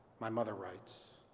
my mother writes,